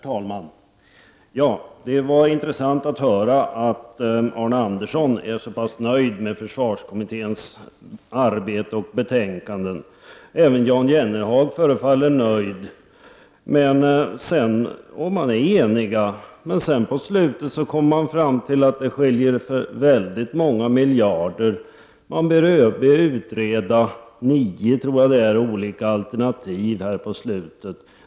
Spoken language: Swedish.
Herr talman! Det var intressant att höra att Arne Andersson i Ljung är så nöjd med försvarskommitténs arbete och betänkanden. Även Jan Jennehag förefaller nöjd. Men även om de är eniga kommer det fram på slutet att det skiljer många miljarder. Man ber ÖB utreda nio, tror jag det är, olika alternativ på slutet.